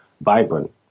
vibrant